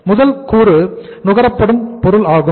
முதல் கூறு நுகரப்படும் பொருள் ஆகும்